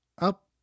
up